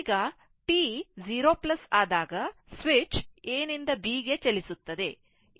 ಈಗ t 0 ಆದಾಗ switch A ನಿಂದ B ಗೆ ಚಲಿಸುತ್ತದೆ